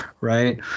right